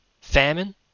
Famine